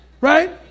Right